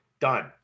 done